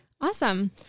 awesome